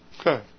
Okay